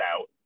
out